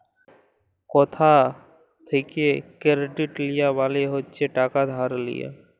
কথা থ্যাকে কেরডিট লিয়া মালে হচ্ছে টাকা ধার লিয়া